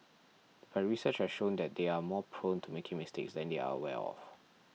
but research has shown that they are more prone to making mistakes than they are aware of